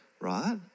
Right